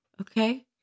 Okay